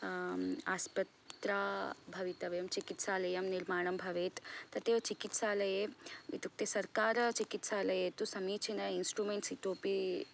आस्पत्रि भवितव्यं चिकित्सालयं निर्माणं भवेत् तदेव चिकित्सालये इत्युक्ते सर्वकारचिकित्सालये तु समीचीनं इन्स्ट्रुमेण्ट् इतोऽपि